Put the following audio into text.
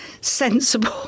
sensible